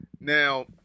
Now